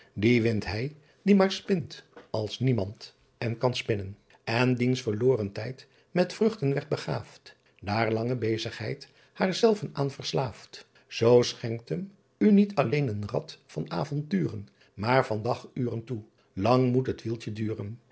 ien wint hij die maer spint als niemand en kan spinnen n diens verloren tijd met vruchten werdt begaeft aer lange besigheid haer selven aen verslaeft oo schencktm u niet alleen een ad van avonturen aer van dagh uren toe angh moet het ieltje duren